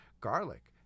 garlic